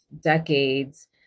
decades